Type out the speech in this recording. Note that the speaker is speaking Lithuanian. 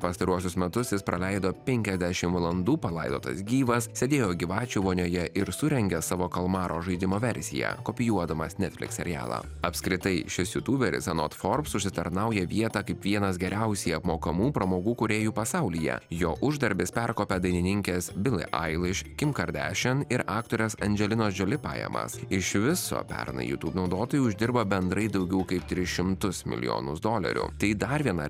pastaruosius metus jis praleido penkiasdešim valandų palaidotas gyvas sėdėjo gyvačių vonioje ir surengė savo kalmaro žaidimo versiją kopijuodamas netflix serialą apskritai šis jutuberis anot forbes užsitarnauja vietą kaip vienas geriausiai apmokamų pramogų kūrėjų pasaulyje jo uždarbis perkopia dainininkės billie eilish kim kardashian ir aktorės andželinos džioli pajamas iš viso pernai youtube naudotojai uždirbo bendrai daugiau kaip tris šimtus milijonus dolerių tai dar viena